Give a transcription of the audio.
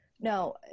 No